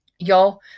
y'all